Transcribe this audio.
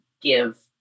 give